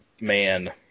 man